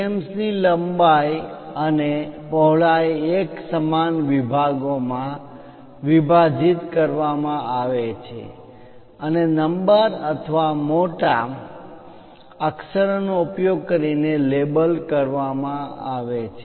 frames ની લંબાઈ અને પહોળાઈ એક સમાન વિભાગોમાં વિભાજીત કરવામાં આવે છે અને નંબર અથવા મોટા કેપિટલ capital અક્ષરોનો ઉપયોગ કરીને લેબલ કરવામાં આવે છે